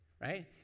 right